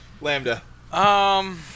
Lambda